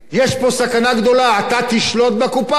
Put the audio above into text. יש פה סכנה גדולה, אתה תשלוט בקופה?